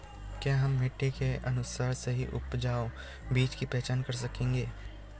क्या हम मिट्टी के अनुसार सही उपजाऊ बीज की पहचान कर सकेंगे?